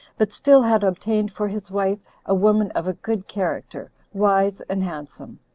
but still had obtained for his wife a woman of a good character, wise and handsome.